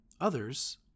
others